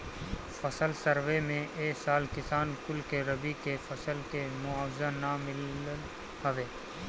फसल सर्वे में ए साल किसान कुल के रबी के फसल के मुआवजा ना मिलल हवे